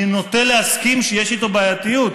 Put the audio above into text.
אני נוטה להסכים שיש איתו בעייתיות,